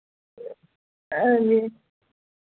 आं जी